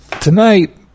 tonight